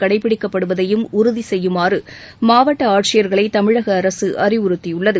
கடைபிடிக்கப்படுவதையும் உறுதி செய்யுமாறு மாவட்ட ஆட்சியர்களை தமிழக அரசுஅறிவுறுத்தியுள்ளது